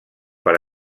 per